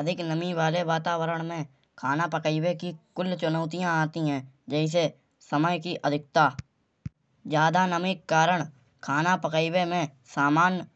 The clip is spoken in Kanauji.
अधिक नमी वाले वातावरण में खना पकाइबे की कुल्ल चुनौतिया आती हैं। जैसे सयम की अधिकता ज्यादा नमी के कारण खाना पकाइबे में सामान्य